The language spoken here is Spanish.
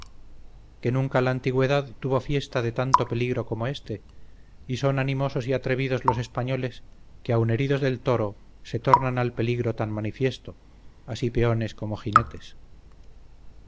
que nunca la antigüedad tuvo fiesta de tanto peligro como este y son animosos y atrevidos los españoles que aun heridos del toro se tornan al peligro tan manifiesto así peones como jinetes